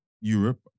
Europe